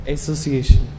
Association